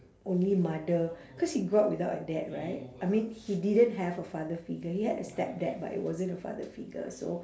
only mother cause he grew up without a dad right I mean he didn't have a father figure he had a stepdad but it wasn't a father figure so